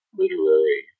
literary